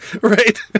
Right